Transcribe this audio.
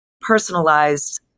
personalized